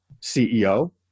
CEO